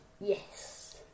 Yes